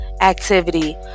activity